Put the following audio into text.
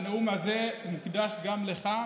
הנאום הזה מוקדש גם לך,